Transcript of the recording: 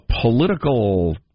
political